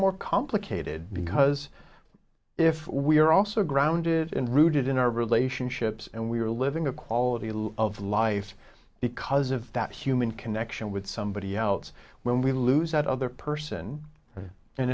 more complicated because if we are also grounded and rooted in our relationships and we're living a quality life of life because of that human connection with somebody out when we lose that other person and